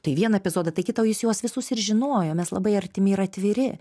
tai vieną epizodą tai kitą o jis juos visus ir žinojo mes labai artimi ir atviri